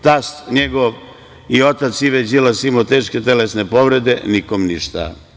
Tast njegov i otac Ive Đilas je imao teške telesne povrede – nikom ništa.